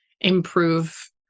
improve